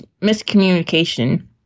miscommunication